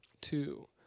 two